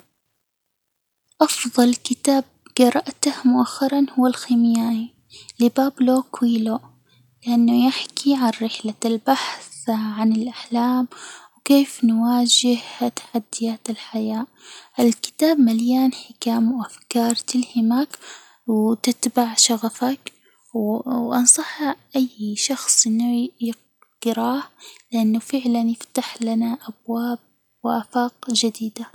أفظل كتاب جرأته مؤخرًا هو الخيميائي لبابلو كويلو، لأنه يحكي عن رحلة البحث عن الأحلام، وكيف نواجه تحديات الحياة؟ و الكتاب مليان حكم وأفكار تلهمك و تتبع شغفك، و أنصح أي شخص إنه يجرأه لإنه فعلًا يفتح لنا أبواب وآفاق جديدة.